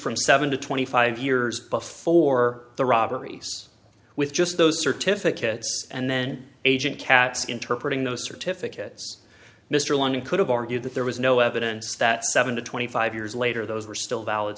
from seven to twenty five years before the robberies with just those certificates and then agent katz interpret in those certificates mr longdon could have argued that there was no evidence that seven to twenty five years later those were still valid